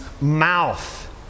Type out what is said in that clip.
mouth